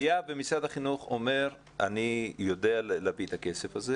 היה ומשרד החינוך אומר: אני יודע להביא את הכסף הזה